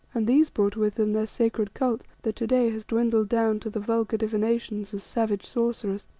and these brought with them their secret cult, that to-day has dwindled down to the vulgar divinations of savage sorcerers.